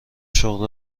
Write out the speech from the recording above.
شغل